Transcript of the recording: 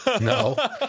no